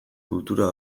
kultura